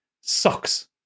sucks